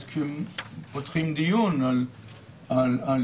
אז כשפותחים דיון על יסוד